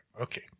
Okay